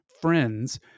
friends